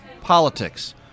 Politics